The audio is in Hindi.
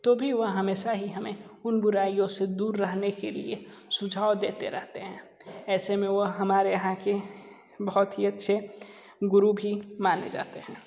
तो भी वह हमेशा ही हमें उन बुराइयों से दूर रहने के लिए सुझाव देते रहते हैं ऐसे में वह हमारे यहाँ के बहुत ही अच्छे गुरु भी माने जाते हैं